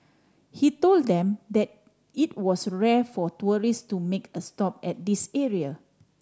he told them that it was rare for tourist to make a stop at this area